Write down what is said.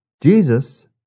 Jesus